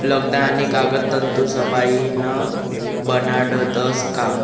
लगदा आणि कागद तंतूसपाईन बनाडतस का